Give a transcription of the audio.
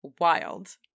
wild